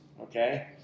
Okay